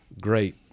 great